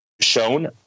shown